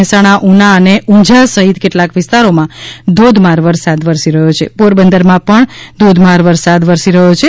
મહેસાણા ઉના અને ઉંઝા સહિત કેટલાક વિસ્તારોમાં ધોધમાર વરસાદ વરસી રહ્યો છે પોરબંદરમાં પણ ધોધમાર વરસાદ વરસી રહ્યો છે